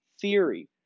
theory